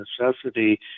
necessity